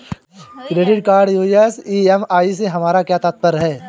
Credit card यू.एस EMI से हमारा क्या तात्पर्य है?